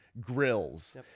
grills